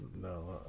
No